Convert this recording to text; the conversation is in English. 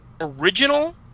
original